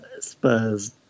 Spurs